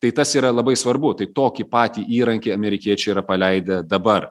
tai tas yra labai svarbu tai tokį patį įrankį amerikiečiai yra paleidę dabar